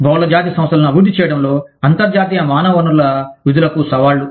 బహుళజాతి సంస్థలను అభివృద్ధి చేయడంలో అంతర్జాతీయ మానవ వనరుల విధులకు సవాళ్లు